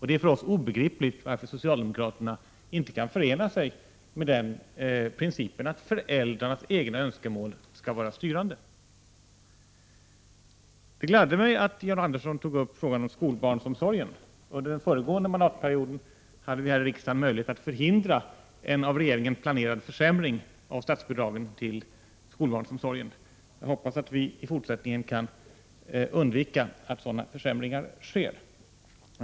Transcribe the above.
Det är för oss obegripligt att socialdemokraterna inte kan förena sig med oss om principen att föräldrarnas egna önskemål skall vara styrande. Det gladde mig att Jan Andersson tog upp frågan om skolbarnsomsorgen. Under den föregående mandatperioden hade vi här i riksdagen möjlighet att förhindra en av regeringen planerad försämring av statsbidragen till skolbarnsomsorgen. Jag hoppas att vi i fortsättningen kan undvika att sådana försämringar sker.